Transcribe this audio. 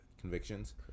convictions